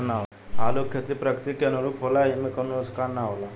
आलू के खेती प्रकृति के अनुरूप होला एइमे कवनो नुकसान ना होला